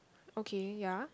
okay ya